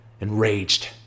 enraged